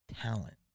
talent